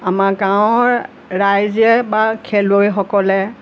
আমাৰ গাঁৱৰ ৰাইজে বা খেলুৱৈসকলে